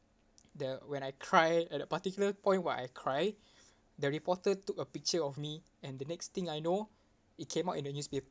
the when I cry at that particular point where I cry the reporter took a picture of me and the next thing I know it came out in the newspaper